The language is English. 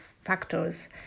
factors